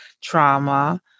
trauma